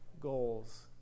Goals